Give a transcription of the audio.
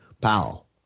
Powell